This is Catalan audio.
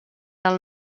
del